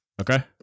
Okay